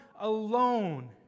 alone